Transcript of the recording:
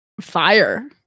fire